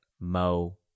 Mo